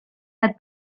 had